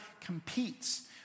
competes